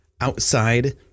outside